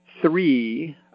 three –